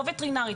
לא וטרינרית,